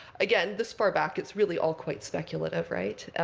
again, this far back, it's really all quite speculative, right?